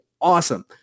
awesome